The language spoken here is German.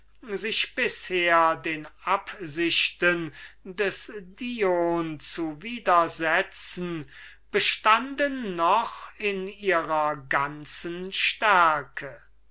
sich bisher den absichten des dion zu widersetzen bestunden noch in ihrer ganzen stärke